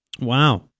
Wow